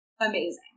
amazing